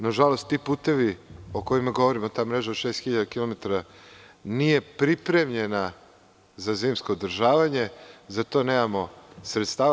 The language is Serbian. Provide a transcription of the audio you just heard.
Nažalost, ti putevi o kojima govorimo, ta mreža od 6.000 km nije pripremljena za zimsko održavanje, za to nemamo sredstava.